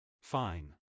Fine